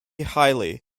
highly